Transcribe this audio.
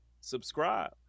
subscribe